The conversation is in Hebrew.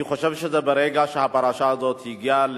אני חושב שברגע שהפרשה הזאת הגיעה